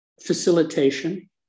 facilitation